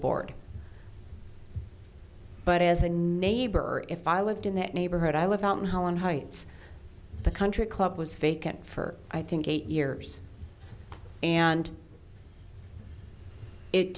board but as a neighbor if i lived in that neighborhood i live out in holland heights the country club was vacant for i think eight years and it